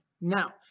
now